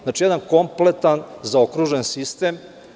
Znači, jedan kompletan zaokružen sistem.